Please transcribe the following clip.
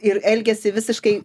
ir elgiasi visiškai